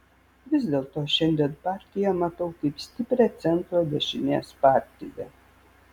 vis dėlto šiandien partiją matau kaip stiprią centro dešinės partiją